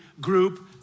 group